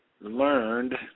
learned